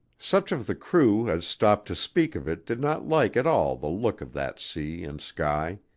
such of the crew as stopped to speak of it did not like at all the look of that sea and sky,